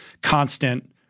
constant